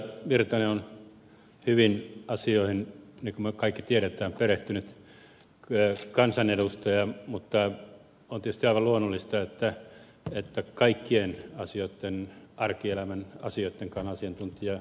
virtanen on hyvin asioihin niin kuin me kaikki tiedämme perehtynyt kansanedustaja mutta on tietysti aivan luonnollista että kaikkien arkielämän asioitten asiantuntija ed